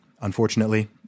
unfortunately